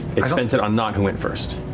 it spent it on nott, who went first.